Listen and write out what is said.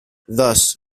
thus